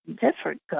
different